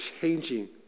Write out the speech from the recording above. changing